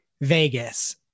Vegas